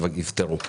מה